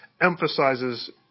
emphasizes